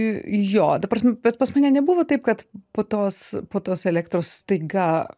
jo ta prasme bet pas mane nebuvo taip kad po tos po tos elektros staiga